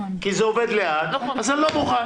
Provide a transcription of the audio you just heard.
אתם תדונו ביניכם ותדונו ביניכם.